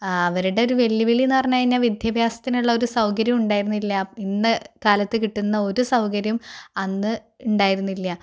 അപ്പം അവരുടെ ഒരു വെല്ലുവിളി എന്ന് പറഞ്ഞാൽ വിദ്യാഭ്യാസത്തിനുള്ള ഒരു സൗകര്യം ഉണ്ടായിരുന്നില്ല ഇന്ന് കാലത്ത് കിട്ടുന്ന ഒരു സൗകര്യം അന്ന് ഉണ്ടായിരുന്നില്ല